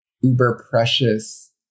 uber-precious